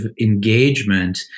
engagement